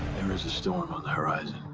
there is a storm on the horizon.